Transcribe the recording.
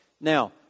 Now